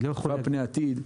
--- "פני עתיד"